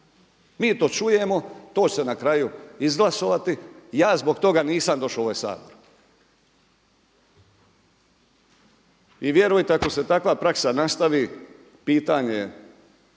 Mi to čujemo, to će se na kraju izglasovati. Ja zbog toga nisam došao u ovaj Sabor. I vjerujte ako se takva praksa nastavi pitanje